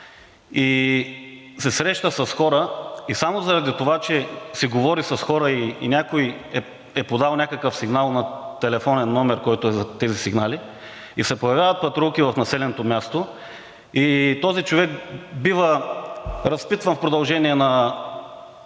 се среща с хора и само заради това, че говори с хора и някой е подал някакъв сигнал на телефонен номер, който е за тези сигнали, се появяват патрулки в населеното място. Този човек бива разпитван в продължение на